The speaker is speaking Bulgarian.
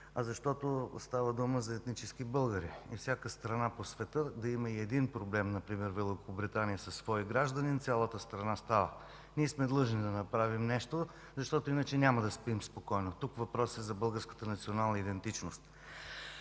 а защото става дума за етнически българи. Всяка страна по света да има и един проблем, например – Великобритания, със свой гражданин, цялата страна става. Ние сме длъжни да направим нещо, защото иначе няма да спим спокойно. Тук въпросът е за българската национална идентичност.